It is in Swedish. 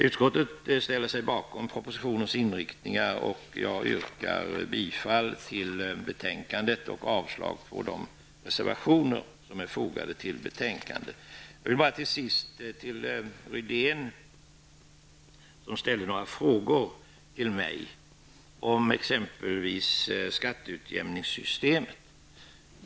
Utskottet ställer sig bakom propositionens inriktning, och jag yrkar bifall till hemställan i betänkandet och avslag på de reservationer som är fogade till betänkandet. Till sist vill jag göra ytterligare några kommentarer. Rune Rydén ställde några frågor till mig om exempelvis skatteutjämningssystemet.